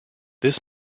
this